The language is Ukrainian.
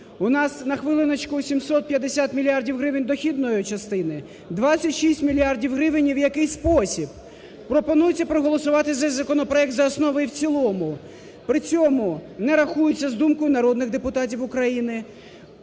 У нас, на хвилиночку, 750 мільярдів гривень дохідної частини, 26 мільярдів гривень, в який спосіб. Пропонується проголосувати за цей законопроект за основу і в цілому при цьому не рахуються з думкою народних депутатів України.